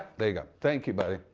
there you go. thank you, buddy.